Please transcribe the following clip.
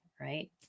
right